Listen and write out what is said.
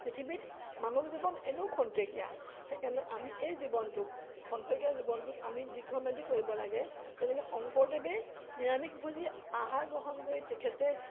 পৃথিৱীত মানৱ জীৱন এনেও খন্তকীয়া সেইকাৰণে আমি এই জীৱনটোক খন্তকীয়া জীৱনটোক আমি দীৰ্ঘম্যাদী কৰিব লাগে যেনেকে শংকৰদেৱে নিৰামিষভোজী আহাৰ গ্ৰহণ কৰি তেখেতে